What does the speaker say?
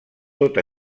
tot